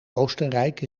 oostenrijk